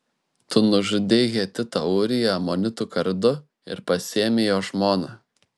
tu nužudei hetitą ūriją amonitų kardu ir pasiėmei jo žmoną